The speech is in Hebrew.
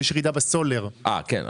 כן,